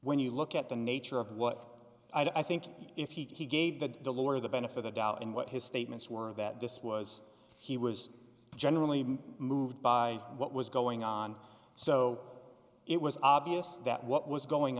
when you look at the nature of what i think if he gave that the lower the benefit the doubt and what his statements were that this was he was generally moved by what was going on so it was obvious that what was going